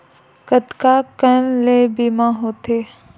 कतका कन ले बीमा होथे?